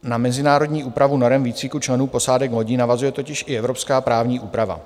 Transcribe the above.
Na mezinárodní úpravu norem výcviku členů posádek lodí navazuje totiž i evropská právní úprava.